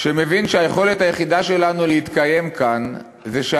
ומבין שהיכולת היחידה שלנו להתקיים כאן היא אם